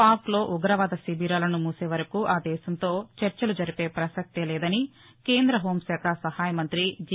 పాక్లో ఉగ్రవాద శిబిరాలను మూసేవరకు ఆ దేశంతో చర్చల జరిగే ప్రసక్తే లేదని కేంద్ర హెూంశాఖ సహాయ మంత్రి జి